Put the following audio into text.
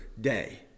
day